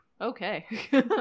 Okay